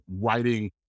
writing